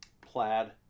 plaid